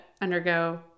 undergo